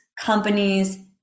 companies